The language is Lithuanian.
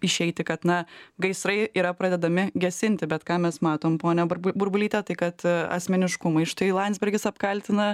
išeiti kad na gaisrai yra pradedami gesinti bet ką mes matom ponia burbu burbulyte tai kad asmeniškumai štai landsbergis apkaltina